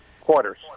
quarters